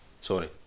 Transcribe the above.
sorry